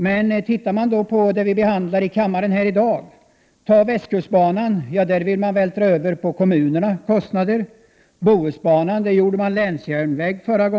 Men om man ser till det som vi i dag behandlar i kammaren finner man t.ex. att i fråga om västkustbanan vill man övervältra kostnader på kommunerna, och man har gjort länsjärnväg av Bohusbanan.